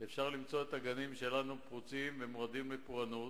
אפשר למצוא את הגנים שלנו פרוצים ומועדים לפורענות.